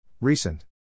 Recent